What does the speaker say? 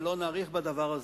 ולא נאריך בזה,